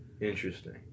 Interesting